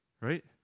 right